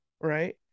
right